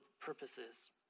purposes